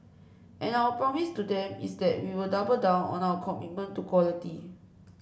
and our promise to them is that we will double down on our commitment to quality